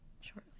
shortly